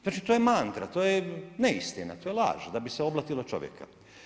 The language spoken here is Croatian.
Znači to je mantra, to je neistina, to je laž da bi se oblatilo čovjeka.